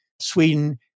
Sweden